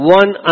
one